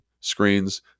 screens